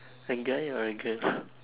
a guy or a girl